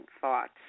thoughts